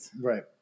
right